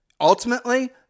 Ultimately